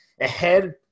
ahead